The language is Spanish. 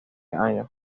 años